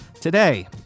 Today